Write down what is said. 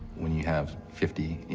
when you have fifty, you